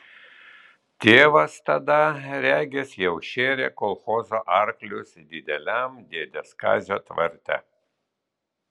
tėvas tada regis jau šėrė kolchozo arklius dideliam dėdės kazio tvarte